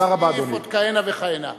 אתה תוסיף עוד כהנה וכהנה.